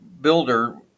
builder